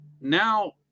now